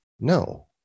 No